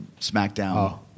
SmackDown